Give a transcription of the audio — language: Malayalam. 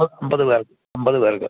മൊത്തം അൻപത് അൻപത് പേർക്ക്